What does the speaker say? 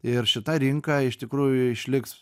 ir šita rinka iš tikrųjų išliks